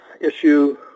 issue